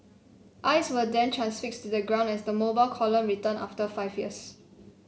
eyes were then transfixed to the ground as the Mobile Column returned after five years